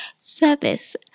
service